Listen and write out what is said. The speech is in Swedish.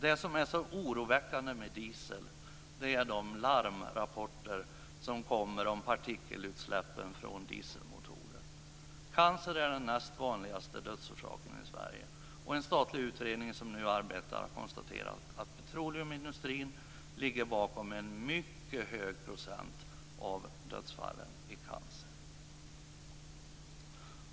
Det som är så oroväckande med dieseln är de larmrapporter som kommer om partikelutsläpp från dieselmotorer. Cancer är den näst vanligaste dödsorsaken i Sverige. En statlig utredning som nu arbetar har konstaterat att petroleumindustrin ligger bakom det mycket höga procenttalet när det gäller dödsfallen i cancer.